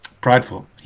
Prideful